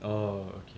oh okay